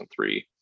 2003